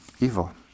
evil